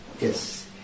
yes